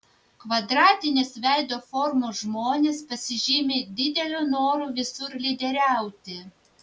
kvadratinės veido formos žmonės pasižymi dideliu noru visur lyderiauti